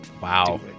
Wow